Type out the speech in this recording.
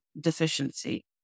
deficiency